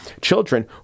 children